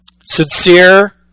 Sincere